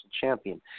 champion